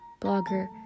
blogger